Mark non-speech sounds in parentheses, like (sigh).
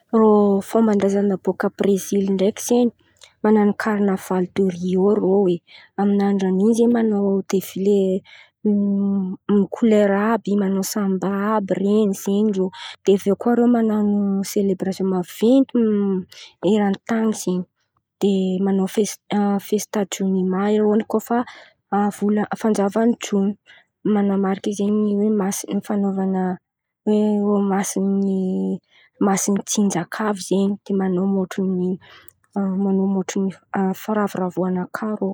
Fômban-drazan̈a bôkà Brezily ndraiky zen̈y man̈ano karnavaly deriô irô oe, amin'ny andran'in̈y zen̈y manao defile (hesitation) kolera àby in̈y manao sambaby reny zen̈y irô. Dia avy eo koà irô man̈ano selebrasion maventy eran-tany zen̈y. Dia manao festa jom- joma eo kôa efa avolà fanjavan'ny jona man̈amariky zen̈y ny hoe masin̈y fan̈aovan̈a masin̈y tsinjaka avy zen̈y de man̈ano firavoravoan̈a kà irô.